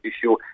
issue